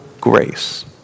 grace